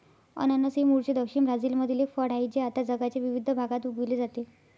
अननस हे मूळचे दक्षिण ब्राझीलमधील एक फळ आहे जे आता जगाच्या विविध भागात उगविले जाते